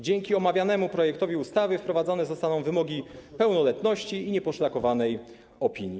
Dzięki omawianemu projektowi ustawy wprowadzone zostaną wymogi pełnoletności i nieposzlakowanej opinii.